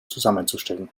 zusammenzustellen